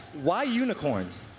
why unicorns.